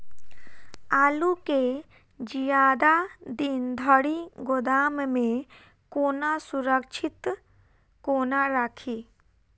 आलु केँ जियादा दिन धरि गोदाम मे कोना सुरक्षित कोना राखि?